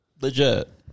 Legit